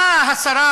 באה השרה